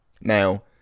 Now